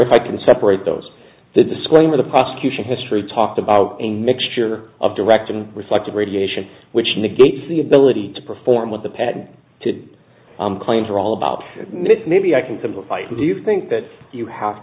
if i can separate those the disclaimer the prosecution history talked about a mixture of direct and reflective radiation which negates the ability to perform with the pad to claim to are all about mitt maybe i can simplify it do you think that you have